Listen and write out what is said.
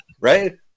right